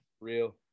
Real